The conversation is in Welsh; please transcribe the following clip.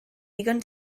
ddigon